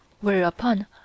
whereupon